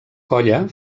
colla